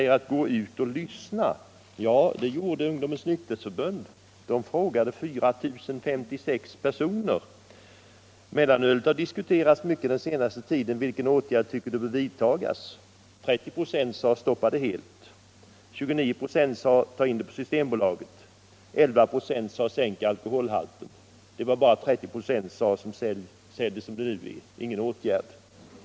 11 96 sade: Sänk alkoholhalten. Det var bara 30 26 som sade: Sälj det som hittills, ingen åtgärd.